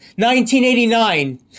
1989